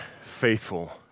faithful